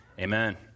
amen